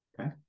okay